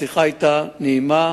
השיחה היתה נעימה